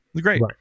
great